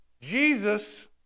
Jesus